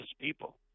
people